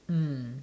mm